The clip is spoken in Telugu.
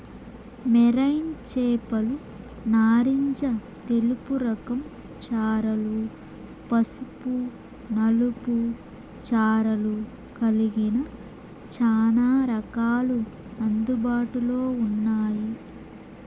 మెరైన్ చేపలు నారింజ తెలుపు రకం చారలు, పసుపు నలుపు చారలు కలిగిన చానా రకాలు అందుబాటులో ఉన్నాయి